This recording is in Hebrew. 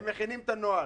הם מכינים את הנוהל.